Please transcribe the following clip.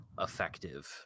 Effective